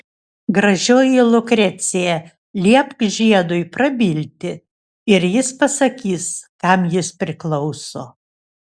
gražioji lukrecija liepk žiedui prabilti ir jis pasakys kam jis priklauso